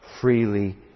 freely